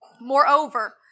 Moreover